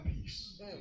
peace